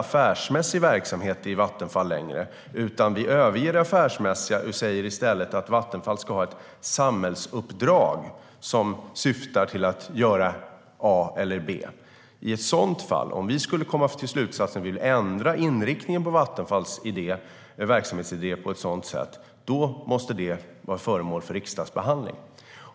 Om vi bestämmer att Vattenfall inte längre ska bedriva affärsmässig verksamhet utan ha ett samhällsuppdrag som syftar till att göra A eller B och alltså vill ändra inriktningen på Vattenfalls verksamhetsidé måste det bli föremål för riksdagsbehandling.